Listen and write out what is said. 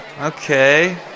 Okay